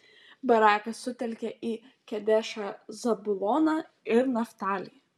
barakas sutelkė į kedešą zabuloną ir naftalį